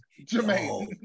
Jermaine